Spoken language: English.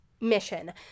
mission